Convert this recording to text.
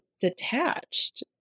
detached